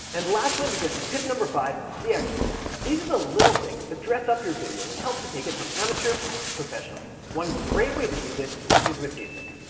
and lastly, we get to tip number five, the extras. these are the little things that dress up your video and help to take it from armature to professional. one great way to do this is with music.